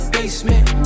Basement